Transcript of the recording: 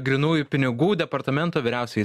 grynųjų pinigų departamento vyriausioji